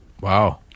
Wow